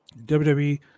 WWE